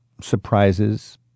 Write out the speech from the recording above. surprises